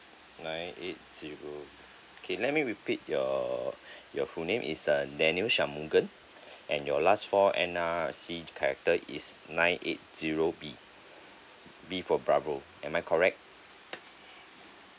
nine eight zero okay let me repeat your your full name is uh daniel shamugen and your last four N_R_I_C character is nine eight zero B B for bubble am I correct